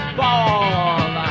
ball